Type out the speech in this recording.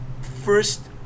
first